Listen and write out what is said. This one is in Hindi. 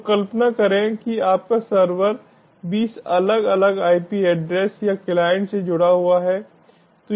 तो कल्पना करें कि आपका सर्वर 20 अलग अलग IP एड्रेस या क्लाइंट से जुड़ा हुआ है